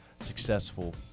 successful